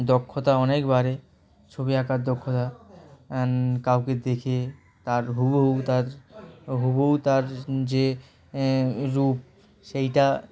দক্ষতা অনেক বাড়ে ছবি আঁকার দক্ষতা কাউকে দেখে তার হুবহু তার হুবহু তার যে রূপ সেইটা